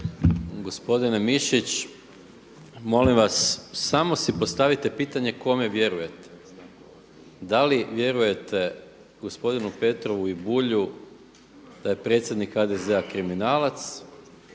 Gospodine Mišić, molim vas samo si postavite pitanje kome vjerujete. Da li vjerujete gospodinu Petrovu i Bulju da je predsjednik HDZ-a kriminalac